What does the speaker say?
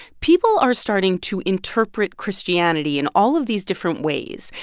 people are starting to interpret christianity in all of these different ways.